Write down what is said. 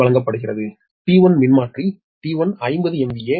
xG வழங்கப்படுகிறது T1 மின்மாற்றி T1 50 M